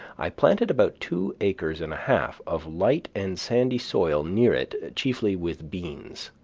i planted about two acres and a half of light and sandy soil near it chiefly with beans,